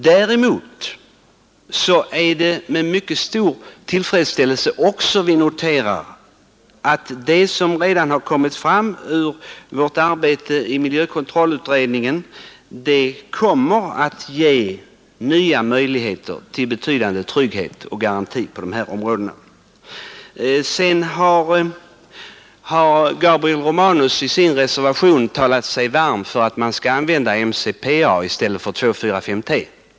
Däremot är det med stor tillfredsställelse vi noterar att det som redan har kommit fram ur vårt arbete i miljökontrollutredningen kommer att ge nya möjligheter till betydande trygghet och garanti på dessa områden. Gabriel Romanus har i sin reservation talat sig varm för att man skall använda MCPA i stället för 2,4,5-T.